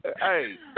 hey